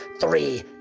three